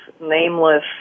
nameless